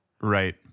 right